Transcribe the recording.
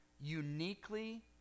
uniquely